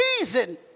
reason